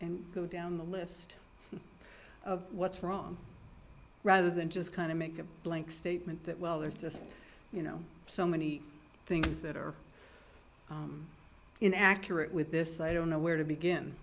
and go down the list of what's wrong rather than just kind of make a blanket statement that well there's just you know so many things that are inaccurate with this i don't know where to begin